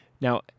now